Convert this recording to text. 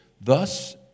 Thus